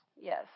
Yes